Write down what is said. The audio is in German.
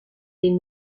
den